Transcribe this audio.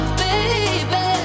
baby